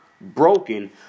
broken